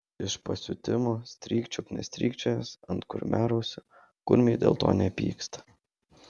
iš pasiutimo strykčiok nestrykčiojęs ant kurmiarausių kurmiai dėl to nepyksta